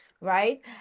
right